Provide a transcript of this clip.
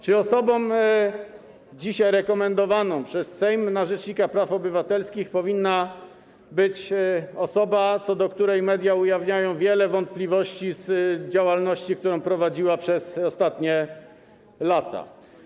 Czy osobą dzisiaj rekomendowaną przez Sejm na rzecznika praw obywatelskich powinna być osoba, co do której media ujawniają wiele wątpliwości dotyczących działalności, którą prowadziła przez ostatnie lata?